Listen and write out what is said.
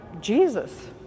Jesus